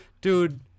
Dude